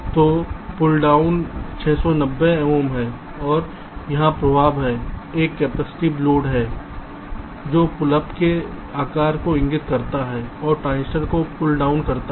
तो pull down 690 ohm है और यहां प्रभाव है एक कैपेसिटिव लोड है जो पुल अप के आकार को इंगित करता है और ट्रांजिस्टर को पुल डाउन करता है